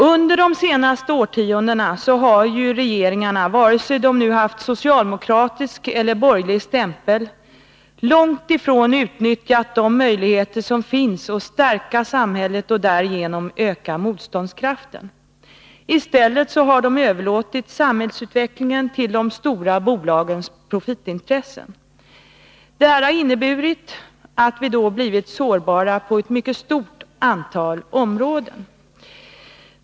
Under de senaste årtiondena har ju regeringarna, vare sig de nu haft socialdemokratisk eller borgerlig stämpel, långt ifrån utnyttjat de möjligheter som finns att stärka samhället och därigenom öka motståndskraften. I stället har de överlåtit samhällsutvecklingen till de stora bolagens profitintressen. Detta har inneburit att vi blivit sårbara på ett mycket stort antal områden.